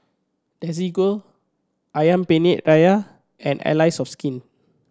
Desigual Ayam Penyet Ria and Allies of Skin